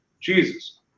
Jesus